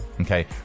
Okay